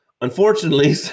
unfortunately –